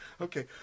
Okay